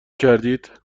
کردید